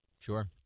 Sure